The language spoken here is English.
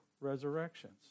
resurrections